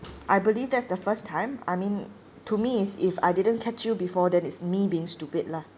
I believe that's the first time I mean to me is if I didn't catch you before then it's me being stupid lah